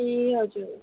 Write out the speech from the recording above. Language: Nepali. ए हजुर